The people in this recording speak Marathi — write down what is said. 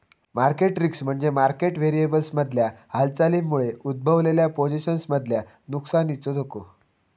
मार्केट रिस्क म्हणजे मार्केट व्हेरिएबल्समधल्या हालचालींमुळे उद्भवलेल्या पोझिशन्समधल्या नुकसानीचो धोको